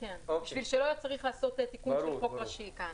כדי שלא צריך יהיה לעשות תיקון לחוק ראשי כאן.